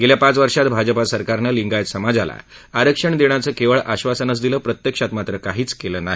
गेल्या पाच वर्षांत भाजपा सरकारनं लियांगत समाजाला आरक्षण देण्याचं केवळ आक्षासनच दिलं प्रत्यक्षात मात्र काहीच केलं नाही